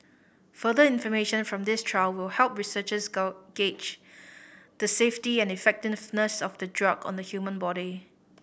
further information from this trial will help researchers gull gauge the safety and effectiveness of the drug on the human body